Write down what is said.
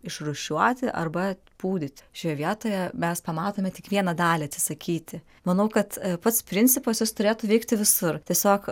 išrūšiuoti arba pūdyti šioje vietoje mes pamatome tik vieną dalį atsisakyti manau kad pats principas jis turėtų veikti visur tiesiog